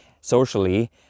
socially